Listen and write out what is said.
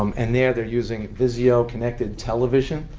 um and there, they're using vizio-connected television,